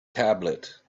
tablet